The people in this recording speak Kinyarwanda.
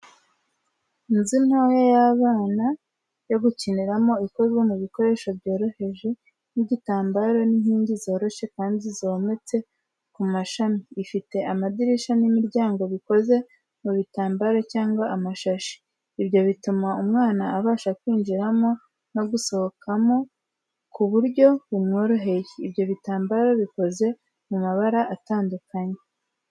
Inzu ntoya y'abana yo gukiniramo, ikozwe mu bikoresho byoroheje nk'igitambaro n'inkingi zoroshye kandi zometse ku mashashi, ifite amadirishya n'imiryango bikoze mu bitambaro cyangwa amashashi. Ibyo bituma umwana abasha kwinjiramo no gusohokamo ku buryo bumworeheye. Ibyo bitambaro bikoze mu mabara atandukanye.